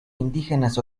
indígenas